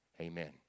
Amen